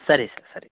ಸರಿ ಸರ್ ಸರಿ